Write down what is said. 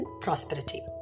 prosperity